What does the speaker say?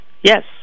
Yes